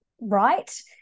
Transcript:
right